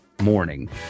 morning